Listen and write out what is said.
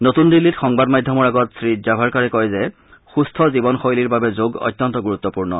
নতুন দিল্লীত সংবাদমাধ্যমৰ আগত শ্ৰীজাভাড়েকাৰে কয় যে সুস্থ্য জীৱন শৈলীৰ বাবে যোগ অত্যন্ত গুৰুত্বপূৰ্ণ